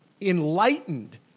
enlightened